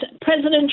President